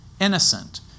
innocent